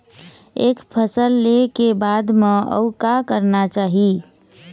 एक फसल ले के बाद म अउ का करना चाही?